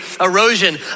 erosion